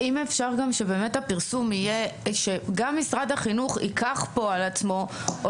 אם אפשר שגם משרד החינוך ייקח פה על עצמו את הפרסום.